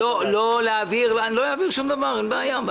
אני לא אעביר שום דבר, אין בעיה.